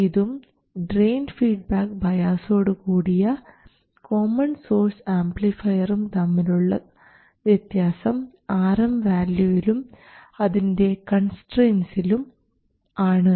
ഇതും drain feedback ബയാസോടു കൂടിയ കോമൺ സോഴ്സ് ആംപ്ലിഫയറും തമ്മിലുള്ള വ്യത്യാസം Rm വാല്യൂവിലും അതിൻറെ കൺസ്ട്രയിന്റ്സിലും ആണ്